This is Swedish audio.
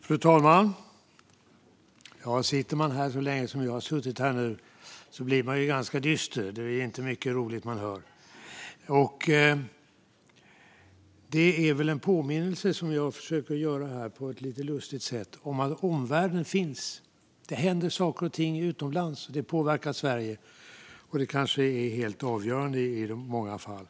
Fru talman! Sitter man här så länge som jag nu har suttit blir man ganska dyster. Det är inte mycket roligt man hör. Något som jag försöker påminna om på ett lite lustigt sätt är att omvärlden finns. Det händer saker och ting utomlands. Det påverkar Sverige och är kanske helt avgörande i många fall.